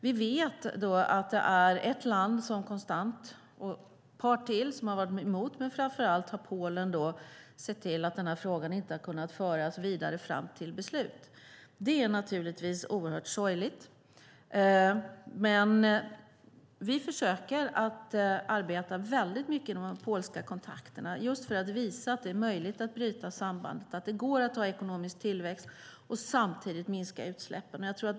Vi vet att det framför allt är Polen - och ett par till som har varit emot - som konstant har sett till att den här frågan inte har kunnat föras vidare fram till beslut. Det är naturligtvis oerhört sorgligt, men vi försöker att arbeta väldigt mycket med de polska kontakterna, just för att visa att det är möjligt att bryta sambandet, att det går att ha ekonomisk tillväxt och samtidigt minska utsläppen.